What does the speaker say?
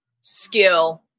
skill